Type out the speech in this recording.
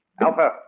Alpha